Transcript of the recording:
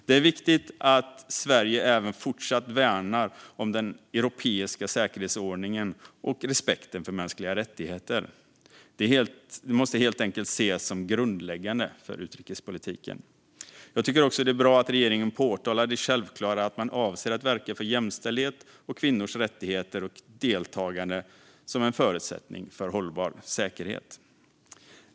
Det är viktigt att Sverige även fortsatt värnar den europeiska säkerhetsordningen och respekten för mänskliga rättigheter. Det måste helt enkelt ses som grundläggande för utrikespolitiken. Jag tycker också att det är bra att regeringen pekar på det självklara att man avser att verka för jämställdhet och kvinnors rättigheter och deltagande som en förutsättning för hållbar säkerhet.